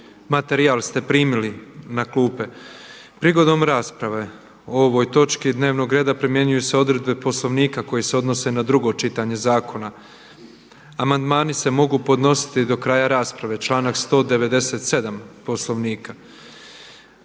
na web stranici Sabora. Prigodom rasprave o ovoj točki dnevnog reda primjenjuju se odredbe poslovnika koje se Odnose na drugo čitanje zakona. Amandmani se mogu podnositi do kraja rasprave, članak 197. Poslovnika.